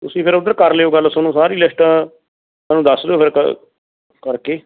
ਤੁਸੀਂ ਫਿਰ ਉੱਧਰ ਕਰ ਲਿਓ ਗੱਲ ਤੁਹਾਨੂੰ ਸਾਰੀ ਲਿਸਟ ਸਾਨੂੰ ਦੱਸ ਦਿਓ ਫਿਰ ਕ ਕਰਕੇ